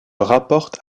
rapportent